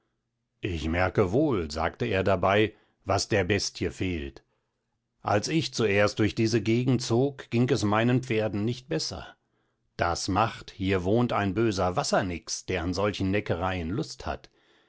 ich merke wohl sagte er dabei was der bestie fehlt als ich zuerst durch diese gegend zog ging es meinen pferden nicht besser das macht hier wohnt ein böser wassernix der an solchen neckereien lust hat